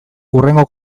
hurrengo